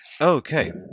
Okay